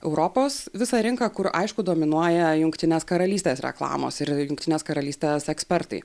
europos visą rinką kur aišku dominuoja jungtinės karalystės reklamos ir jungtinės karalystės ekspertai